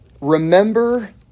Remember